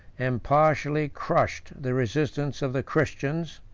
impartially crushed the resistance of the christians,